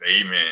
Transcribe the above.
Amen